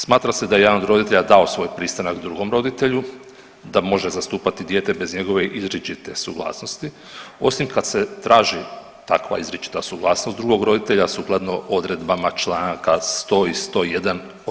Smatra se da je jedan od roditelja dao svoj pristanak drugom roditelju da može zastupati dijete bez njegove izričite suglasnosti osim kad se traži takva izričita suglasnost drugog roditelja sukladno odredbama čl. 100. i 101.